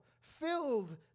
filled